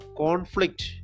conflict